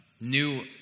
new